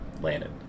landed